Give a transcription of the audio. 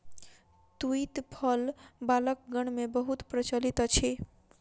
तूईत फल बालकगण मे बहुत प्रचलित अछि